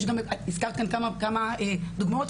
הזכרת כאן כמה דוגמאות,